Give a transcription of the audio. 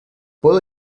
puedo